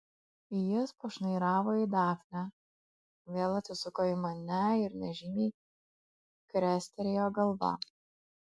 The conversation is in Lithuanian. jis pašnairavo į dafnę vėl atsisuko į mane ir nežymiai krestelėjo galva